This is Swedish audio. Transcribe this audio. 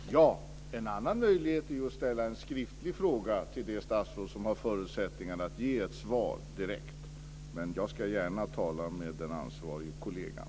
Fru talman! Ja. En annan möjlighet är ju att ställa en skriftlig fråga till det statsråd som har förutsättningarna att ge ett svar direkt. Men jag ska gärna tala med den ansvarige kollegan.